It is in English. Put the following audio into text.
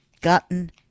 gotten